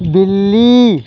بلی